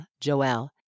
Joel